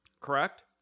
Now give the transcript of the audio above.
Correct